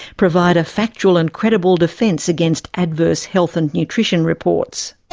provide a factual and credible defence against adverse health and nutrition reports.